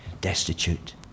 destitute